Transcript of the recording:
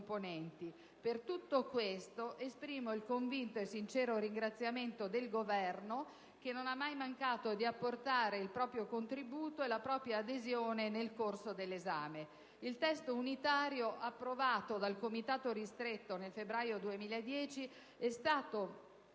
Per tutto questo esprimo il convinto e sincero ringraziamento del Governo, che non ha mai mancato di apportare il proprio contributo e la propria adesione nel corso dell'esame. Il testo unitario, approvato dal Comitato ristretto nel febbraio del 2010, è stato